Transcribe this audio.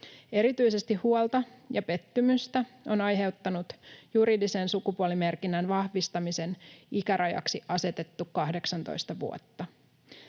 Erityisesti huolta ja pettymystä on aiheuttanut juridisen sukupuolimerkinnän vahvistamisen ikärajaksi asetettu 18 vuotta.